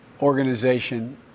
organization